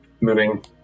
moving